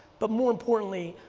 but more importantly,